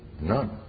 none